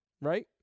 right